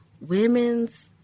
Women's